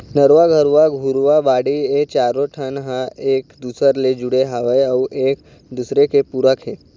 नरूवा, गरूवा, घुरूवा, बाड़ी ए चारों ठन ह एक दूसर ले जुड़े हवय अउ एक दूसरे के पूरक हे